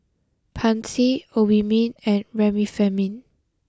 Pansy Obimin and Remifemin